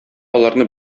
аларны